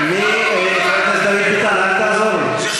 אני מבקש, חבר הכנסת דוד ביטן, אל תעזור לי.